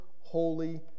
holy